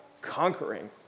conquering